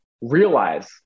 realize